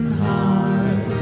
heart